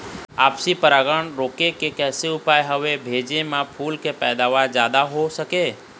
आपसी परागण रोके के कैसे उपाय हवे भेजे मा फूल के पैदावार जादा हों सके?